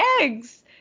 eggs